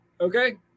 Okay